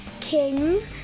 Kings